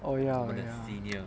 oh ya oh ya